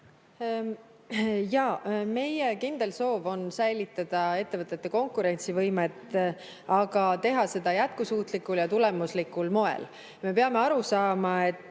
Meie kindel soov on säilitada ettevõtete konkurentsivõimet, aga teha seda jätkusuutlikul ja tulemuslikul moel. Me peame aru saama, et